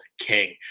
king